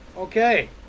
Okay